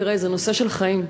תראה, זה נושא של חיים.